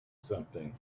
something